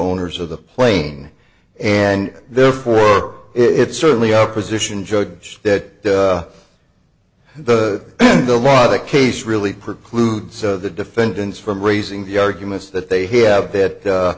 owners of the plane and therefore it's certainly our position judge that the the law of the case really precludes so the defendants from raising the arguments that they have that